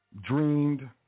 dreamed